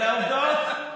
אלה העובדות.